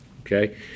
Okay